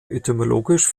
etymologisch